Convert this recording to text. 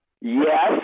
Yes